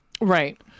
Right